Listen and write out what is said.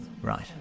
Right